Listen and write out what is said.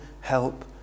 help